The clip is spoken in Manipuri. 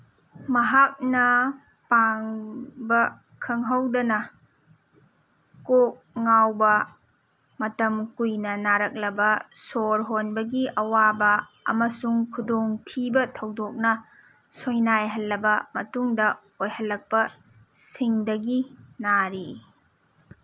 ꯃꯍꯥꯛꯅ ꯄꯥꯡꯕ ꯈꯪꯍꯧꯗꯅ ꯀꯣꯛ ꯉꯥꯎꯕ ꯃꯇꯝ ꯀꯨꯏꯅ ꯅꯥꯔꯛꯂꯕ ꯁꯣꯔ ꯍꯣꯟꯕꯒꯤ ꯑꯋꯥꯕ ꯑꯃꯁꯨꯡ ꯈꯨꯗꯣꯡꯊꯤꯕ ꯊꯧꯗꯣꯛꯅ ꯁꯣꯏꯅꯥꯏꯍꯜꯂꯕ ꯃꯇꯨꯡꯗ ꯑꯣꯏꯍꯜꯂꯛꯄꯁꯤꯡꯗꯒꯤ ꯅꯥꯔꯤ